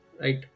right